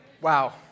Wow